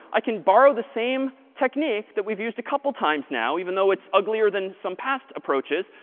i can borrow the same technique that we've used a couple times now, even though it's uglier than some past approaches,